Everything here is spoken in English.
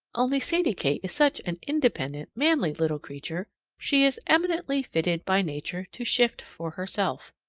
only sadie kate is such an independent, manly little creature she is eminently fitted by nature to shift for herself.